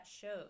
shows